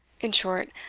in short,